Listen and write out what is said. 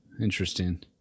Interesting